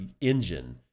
engine